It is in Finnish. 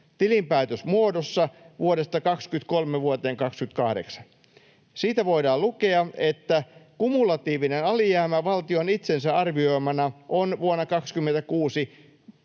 tilinpäätösmuodossa vuodesta 23 vuoteen 28. Siitä voidaan lukea, että kumulatiivinen alijäämä valtion itsensä arvioimana vuonna 26